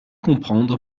comprendre